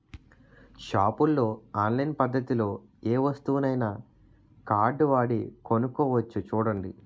షాపుల్లో ఆన్లైన్ పద్దతిలో ఏ వస్తువునైనా కార్డువాడి కొనుక్కోవచ్చు చూడండి